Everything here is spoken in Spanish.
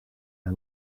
han